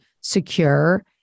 secure